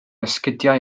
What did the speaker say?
esgidiau